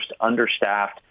understaffed